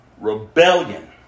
Rebellion